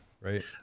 Right